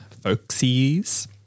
folksies